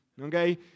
Okay